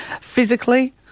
physically